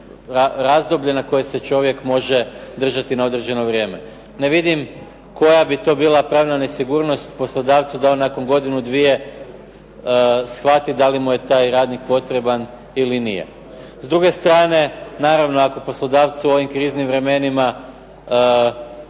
razdoblje na koje se čovjek može držati na određeno vrijeme. Ne vidim koja bi to bila pravna nesigurnost da on nakon godinu, dvije shvati da li mu je taj radnik potreban ili nije. S druge strane, naravno ako poslodavcu u ovim kriznim vremenima